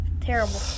terrible